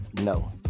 No